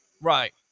Right